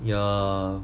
ya